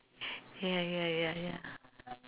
ya ya ya ya